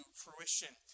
fruition